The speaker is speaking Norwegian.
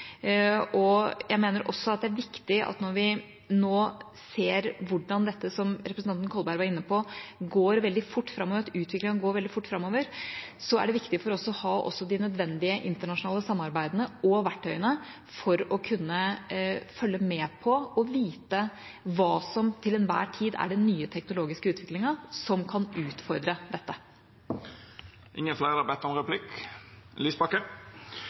Jeg mener også det er viktig for oss, når vi nå ser hvordan utviklingen, som representanten Kolberg var inne på, går veldig fort framover, å ha de nødvendige internasjonale samarbeidene og verktøyene for å kunne følge med på og vite hva som til enhver tid er den nye teknologiske utviklingen som kan utfordre dette.